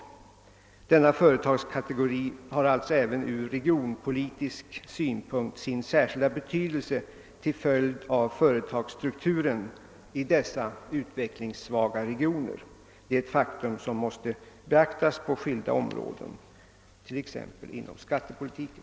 Denna företagskategori har därför även ur regionspolitisk synpunkt sin särskilda betydelse till följd av företagsstrukturen i dessa utvecklingssvaga regioner. Det är ett faktum som måste beaktas på skilda områden, t.ex. inom skattepolitiken.